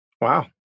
Wow